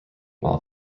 while